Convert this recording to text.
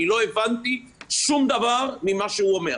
אני לא הבנתי שום דבר ממה שהוא אומר.